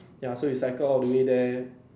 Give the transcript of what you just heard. ya so we cycle all the way there